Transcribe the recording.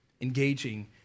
engaging